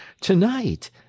tonight